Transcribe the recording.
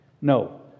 No